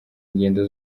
ingendo